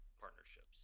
partnerships